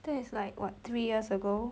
that is like what three years ago